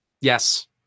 Yes